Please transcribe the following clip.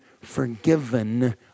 forgiven